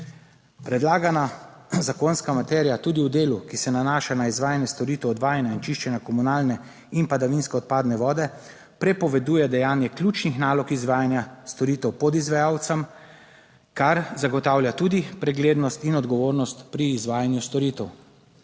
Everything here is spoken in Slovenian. Predlagana zakonska materija tudi v delu, ki se nanaša na izvajanje storitev odvajanja in čiščenja komunalne in padavinske odpadne vode prepoveduje dajanje ključnih nalog izvajanja storitev podizvajalcem, kar zagotavlja tudi preglednost in odgovornost pri izvajanju storitev.